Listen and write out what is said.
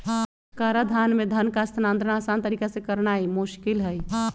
कराधान में धन का हस्तांतरण असान तरीका से करनाइ मोस्किल हइ